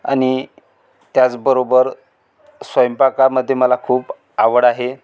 आणि त्याचबरोबर स्वयंपाकामधे मला खूप आवड आहे